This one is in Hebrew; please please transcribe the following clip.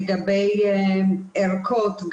לגבי ערכות,